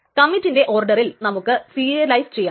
കമ്മിറ്റിന്റെ ഓർഡറിൽ നമുക്ക് സീരിയലയിസ് ചെയ്യാം